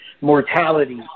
mortality